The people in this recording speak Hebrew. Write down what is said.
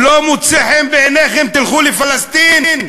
"לא מוצא חן בעיניכם, תלכו לפלסטין"?